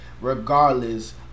regardless